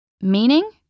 Meaning